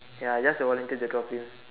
ya I just volunteered to drop him